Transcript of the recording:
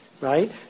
right